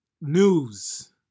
news